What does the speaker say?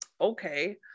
okay